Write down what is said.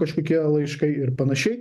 kažkokie laiškai ir panašiai